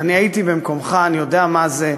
אני הייתי במקומך, אני יודע מה זה.